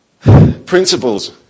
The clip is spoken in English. principles